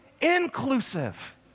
inclusive